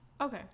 Okay